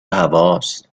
هواست